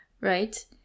right